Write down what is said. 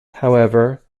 however